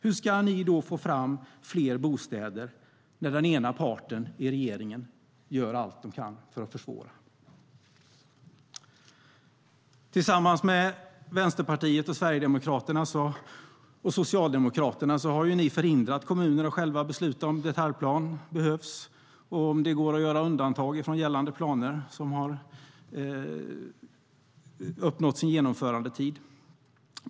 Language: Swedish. Hur ska ni få fram fler bostäder när den ena parten i regeringen gör allt den kan för att försvåra? Tillsammans med Vänsterpartiet, Sverigedemokraterna och Socialdemokraterna har ni ju förhindrat kommuner att själva besluta om detaljplan behövs och om det går att göra undantag från gällande planer som har uppnått sin genomförandetid.